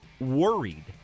worried